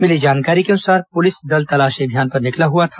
मिली जानकारी के अनुसार पुलिस दल तलाशी अभियान पर निकला था